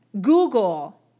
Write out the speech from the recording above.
Google